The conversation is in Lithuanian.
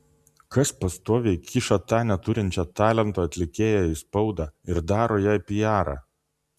kas pastoviai kiša tą neturinčią talento atlikėją į spaudą ir daro jai pijarą